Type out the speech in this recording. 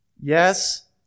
Yes